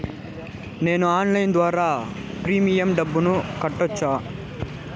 నేను ఆన్లైన్ ద్వారా ప్రీమియం డబ్బును కట్టొచ్చా?